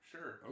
Sure